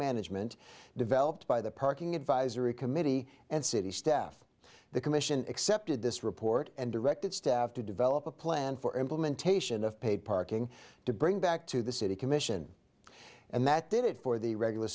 management developed by the parking advisory committee and city staff the commission accepted this report and directed staff to develop a plan for implementation of paid parking to bring back to the city commission and that did it for the regular